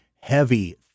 heavy